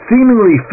Seemingly